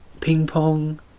ping-pong